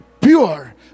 pure